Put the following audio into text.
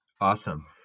Awesome